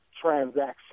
transaction